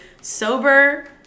sober